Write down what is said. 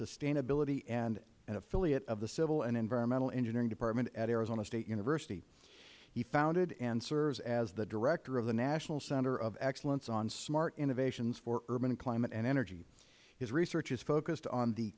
sustainability an affiliate of the civil and environmental engineering department at arizona state university he founded and serves as the director of the national center of excellence on smart innovations for urban climate and energy his research is focused on the